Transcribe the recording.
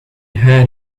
had